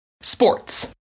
sports